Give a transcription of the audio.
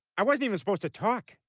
i wasn't even supposed to talk.